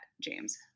James